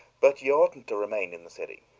but you oughtn't to remain in the city.